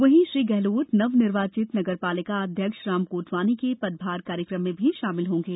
वहीं श्री गेहलोत नवनिर्वाचित नगर पालिका अध्यक्ष राम कोटवानी के पदभार कार्यक्रम में भी शामिल होंगे